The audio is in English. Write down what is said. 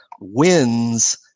wins